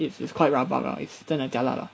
it's it's quite rabak lah it's 真的 jialat lah